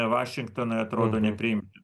vašingtonui atrodo nepriimtin